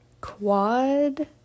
quad